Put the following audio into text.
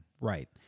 Right